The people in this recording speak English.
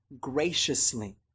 graciously